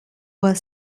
were